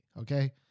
okay